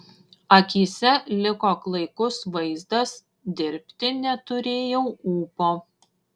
akyse liko klaikus vaizdas dirbti neturėjau ūpo